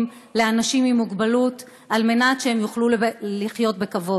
לאנשים עם מוגבלות על מנת שהם יוכלו לחיות בכבוד.